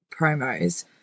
promos